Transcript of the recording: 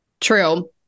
True